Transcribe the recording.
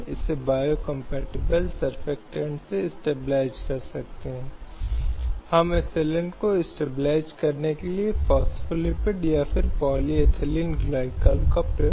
इसलिए श्रीवास्तव की कविता चंडीगढ़ प्रशासन 2010 का मामला था जहां अदालत ने अपनी पूरी अवधि के लिए अपनी गर्भावस्था को पूरा करने और बच्चे को जन्म देने के लिए महिला की पसंद का सम्मान किया